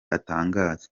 atangaza